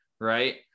right